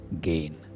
gain